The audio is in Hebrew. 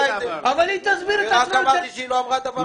אני רק אמרתי שהיא לא אמרה דבר כזה.